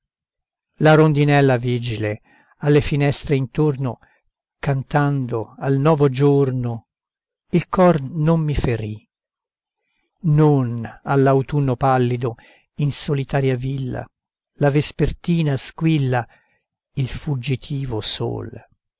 la rondinella vigile alle finestre intorno cantando al novo giorno il cor non mi ferì non all'autunno pallido in solitaria villa la vespertina squilla il fuggitivo sol